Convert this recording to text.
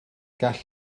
gall